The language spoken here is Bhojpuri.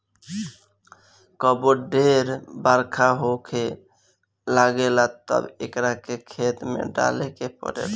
कबो ढेर बरखा होखे लागेला तब एकरा के खेत में डाले के पड़ेला